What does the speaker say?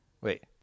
Wait